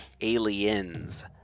Aliens